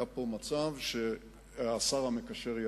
היה פה מצב שהשר המקשר יצא,